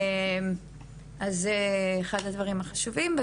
אז זה אחד הדברים החשובים.